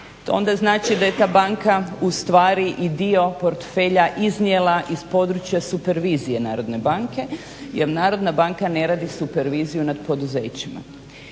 to onda znači da je ta banka ustvari i dio portfelja iznijela iz područja supervizije Narodne banke, jer Narodna banka ne radi superviziju nad poduzećima.